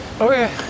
Okay